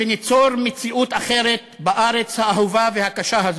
שניצור מציאות אחרת בארץ האהובה והקשה הזאת.